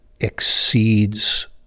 exceeds